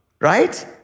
right